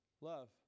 love